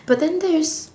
but then there is